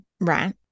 Right